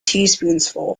teaspoonsful